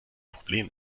problem